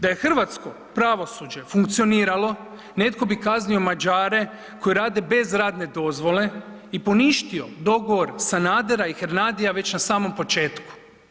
Da je hrvatsko pravosuđe funkcioniralo netko bi kaznio Mađare koji rade bez radne dozvole i poništio dogovor Sanadera i Hernadia već na samom početku.